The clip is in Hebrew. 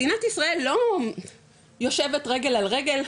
מדינת ישראל לא יושבת רגל על רגל,